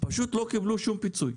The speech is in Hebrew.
פשוט לא קיבלו שום פיצוי.